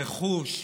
רכוש,